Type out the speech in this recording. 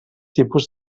tipus